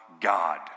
God